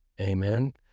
Amen